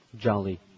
Jolly